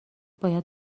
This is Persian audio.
باید